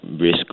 risk